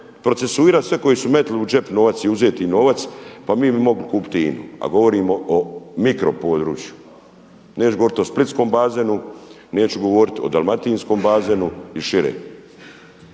procesuira sve koji su metnuli u džep novac i uzeti im novac pa mi bi mogli kupiti INA-u a govorimo o mikropodručju, neću govoriti o splitskom bazenu, neću govoriti o dalmatinskom bazenu i šire.